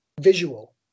visual